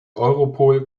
europol